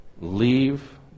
leave